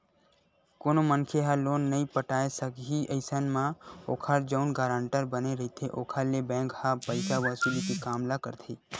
कोनो मनखे ह लोन नइ पटाय सकही अइसन म ओखर जउन गारंटर बने रहिथे ओखर ले बेंक ह पइसा वसूली के काम ल करथे